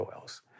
oils